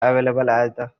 available